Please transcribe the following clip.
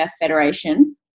Federation